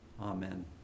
Amen